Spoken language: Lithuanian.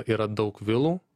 yra daug vilų